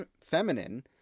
feminine